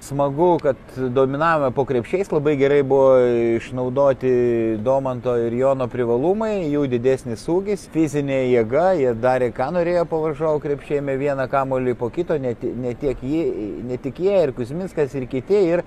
smagu kad dominavome po krepšiais labai gerai buvo išnaudoti domanto ir jono privalumai jų didesnis ūgis fizinė jėga jie darė ką norėjo po varžovų krepšiu ėmė vieną kamuolį po kito net ne tiek ji ne tik jie ir kuzminskas ir kiti ir